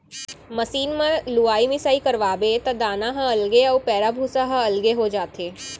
machine म लुवाई मिसाई करवाबे त दाना ह अलगे अउ पैरा भूसा ह अलगे हो जाथे